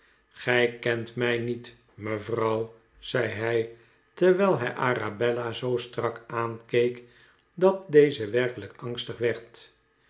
gij kent mij niet mevrouw zei hij terwijl hij arabella zoo strak aankeek dat deze werkelijk angstig werd